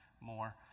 more